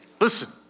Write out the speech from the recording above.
Listen